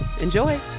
Enjoy